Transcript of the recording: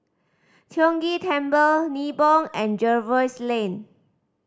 Tiong Ghee Temple Nibong and Jervois Lane